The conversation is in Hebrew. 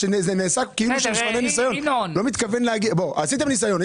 עשיתם ניסיון.